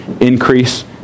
increase